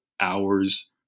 hours